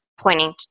pointing